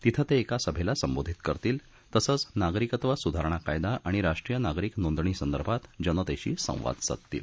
तिथं ते एका सभेला संबोधित करतील तसंच नागरिकत्व सुधारणा कायदा आणि राष्ट्रीय नागरिक नोंदणी संदर्भात जनतेशी संवाद साधतील